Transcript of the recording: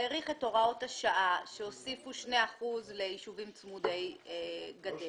האריך את הוראות השעה שהוסיפו שני אחוז לישובים צמודי גדר.